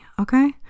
okay